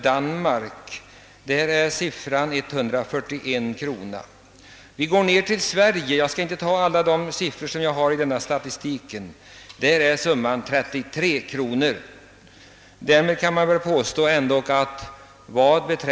Jag hoppar sedan ned på skalan till Danmark, där siffran är 141 kronor per innevånare.